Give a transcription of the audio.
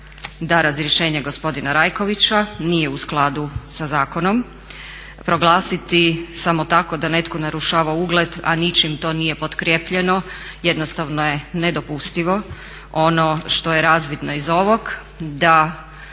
da razrješenje gospodina Rajkovića nije u skladu sa zakonom. Proglasiti samo tako da netko narušava ugled, a ničim to nije potkrijepljeno, jednostavno je nedopustivo. Ono što je razvidno iz ovog da